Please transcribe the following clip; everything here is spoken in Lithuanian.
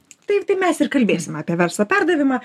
taip tai mes ir kalbėsim apie verslo perdavimą